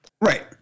Right